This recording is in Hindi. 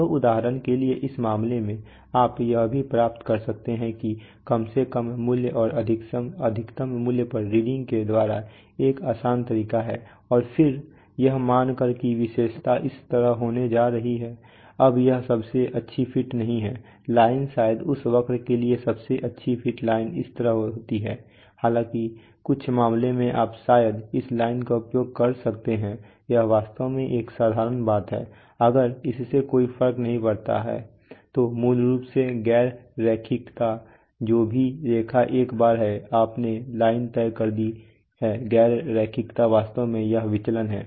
तो उदाहरण के लिए इस मामले में आप यह भी प्राप्त कर सकते हैं कि कम से कम मूल्य और अधिकतम मूल्य पर रीडिंग के द्वारा एक आसान तरीका है और फिर यह मानकर कि विशेषता इस तरह होने जा रही है अब यह सबसे अच्छा फिट नहीं है लाइन शायद इस वक्र के लिए सबसे अच्छी फिट लाइन इस तरह होती हालांकि कुछ मामलों में आप शायद इस लाइन का उपयोग कर सकते हैं यह वास्तव में एक साधारण बात है अगर इससे कोई फर्क नहीं पड़ता है तो मूल रूप से गैर रैखिकता जो भी रेखा एक बार है आपने लाइन तय कर दी है गैर रैखिकता वास्तव में यह विचलन है